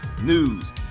news